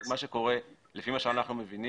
מה שקורה, לפי מה שאנחנו מבינים,